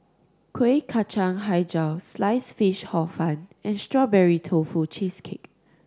Kuih Kacang Hijau Sliced Fish Hor Fun and Strawberry Tofu Cheesecake